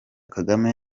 kagame